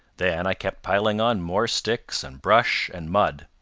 then i kept piling on more sticks and brush and mud.